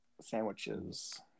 sandwiches